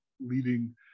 leading